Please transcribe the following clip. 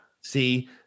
see